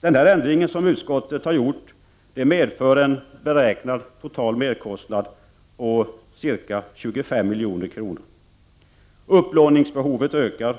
Den ändring som utskottet har gjort medför en beräknad total merkostnad på ca 25 milj.kr. Upplåningsbehovet ökar.